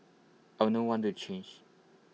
I would not want to change